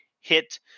hit